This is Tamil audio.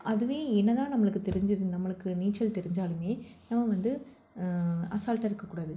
அதுவே என்ன தான் நம்மளுக்கு தெரிஞ்சிருந் நம்மளுக்கு நீச்சல் தெரிஞ்சாலுமே நம்ம வந்து அசால்ட்டாக இருக்கக்கூடாது